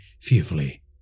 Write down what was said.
fearfully